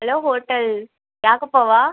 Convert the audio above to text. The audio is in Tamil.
hello hotel ராகப்பாவா